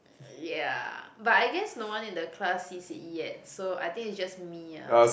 ya but I guess no one in the class sees it yet so I think is just me ah